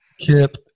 Kip